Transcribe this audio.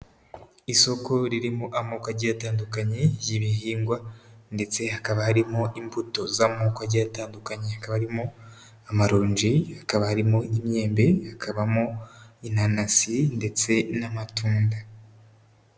Isoko ririmo amoko agiye atandukanye y'ibihingwa, ndetse hakaba harimo imbuto z'amoko agiye atandukanye, akaba arimo amaronji, akaba harimo imyembe, hakabamo inanasi, ndetse n'amatunda.